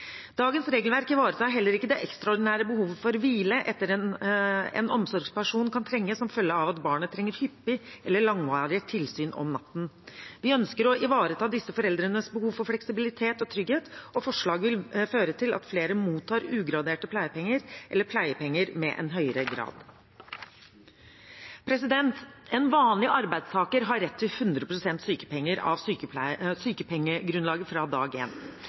Dagens regelverk ivaretar heller ikke det ekstraordinære behovet for hvile som en omsorgsperson kan trenge som følge av at barnet trenger hyppig eller langvarig tilsyn om natten. Vi ønsker å ivareta disse foreldrenes behov for fleksibilitet og trygghet, og forslaget vil føre til at flere mottar ugraderte pleiepenger eller pleiepenger med en høyere grad. En vanlig arbeidstaker har rett på 100 pst. sykepenger av sykepengegrunnlaget fra dag